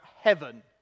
heaven